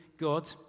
God